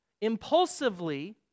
impulsively